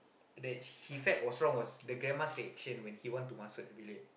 that he felt was wrong the grandma's reaction when he want to masuk the bilik